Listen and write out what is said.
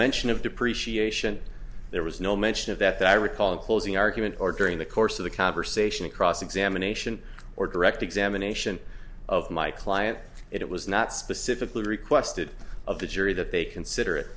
mention of depreciation there was no mention of that that i recall in closing argument or during the course of the conversation in cross examination or direct examination of my client it was not specifically requested of the jury that they consider it